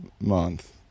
Month